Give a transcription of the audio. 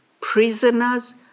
prisoners